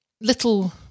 little